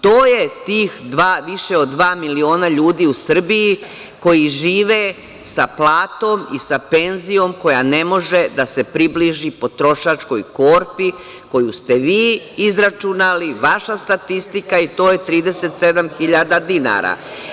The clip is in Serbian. To je tih više od dva miliona ljudi u Srbiji koji žive sa platom i sa penzijom koja ne može da se približi potrošačkoj korpi koju ste vi izračunali, vaša statistika i to je 37.000 dinara.